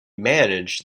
managed